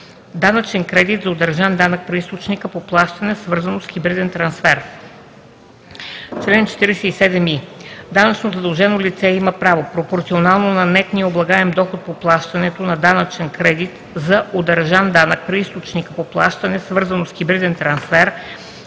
Данъчен кредит за удържан данък при източника по плащане, свързано с хибриден трансфер Чл. 47и. Данъчно задължено лице има право, пропорционално на нетния облагаем доход по плащането, на данъчен кредит за удържан данък при източника по плащане, свързано с хибриден трансфер,